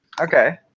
Okay